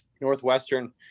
Northwestern